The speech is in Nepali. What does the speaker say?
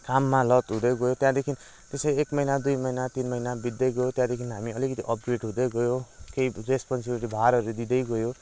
काममा लत हुँदै गयो त्यहाँदेखि त्यसरी एक महिना दुई महिना तिन महिना बित्दै गयो त्यहाँदेखि हामी अलिकति अपग्रेड हुँदै गयो केही रेस्पोनसिबिलिटी भारहरू दिँदै गयो